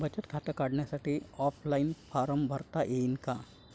बचत खातं काढासाठी ऑफलाईन फारम भरता येईन का?